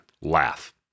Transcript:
laugh